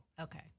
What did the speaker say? Okay